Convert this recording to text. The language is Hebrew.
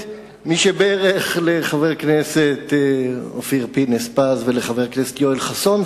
באמת "מי שבירך" לחבר הכנסת אופיר פינס-פז ולחבר הכנסת יואל חסון.